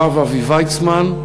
הרב אבי ויצמן,